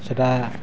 ସେଇଟା